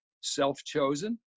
self-chosen